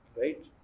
right